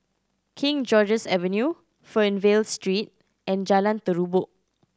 King George's Avenue Fernvale Street and Jalan Terubok